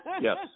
Yes